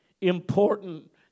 important